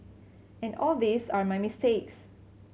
and all these are my mistakes